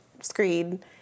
screen